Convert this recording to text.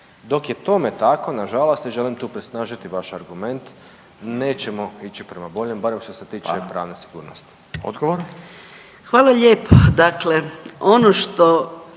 Dok je tome tako, nažalost i želim tu presnažiti vaš argument, nećemo ići prema boljem, barem što se tiče pravne sigurnosti. **Radin, Furio (Nezavisni)** Hvala.